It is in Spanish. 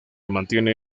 mantiene